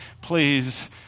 please